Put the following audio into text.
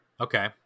Okay